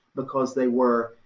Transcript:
because they were,